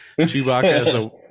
Chewbacca